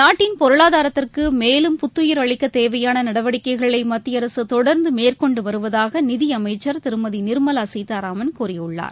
நாட்டின் பொருளாதாரத்திற்குமேலும் புத்துயிர் அளிக்கதேவையானநடவடிக்கைகளைமத்திய அரசுதொடர்ந்துமேற்கொண்டுவருவதாகநிதியமைச்ச ர் திருமதிநிர்மலாசீதாராமன் கூறியுள்ளார்